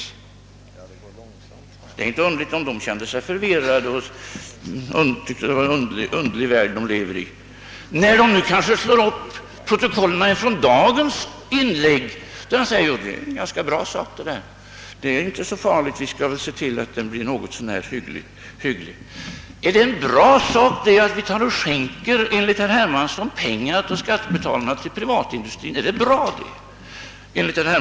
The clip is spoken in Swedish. Det är då inte underligt att kongressmedlemmarna kände sig förvirrade och tyckte att det var en märklig värld som de levde i. När de sedan slår upp protokollet från dagens inlägg, säger de kanske: Ja, det där är en ganska bra sak. Det är inte så farligt. Vi skall väl se till att det blir något så när hyggligt. Är det enligt herr Hermanssons uttalande i dag bra att skänka skattebetalarnas pengar till privatindustrin?